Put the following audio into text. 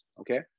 Okay